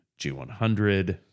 G100